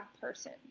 person